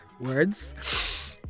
words